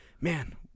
man